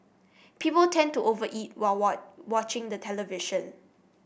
people tend to over eat while what watching the television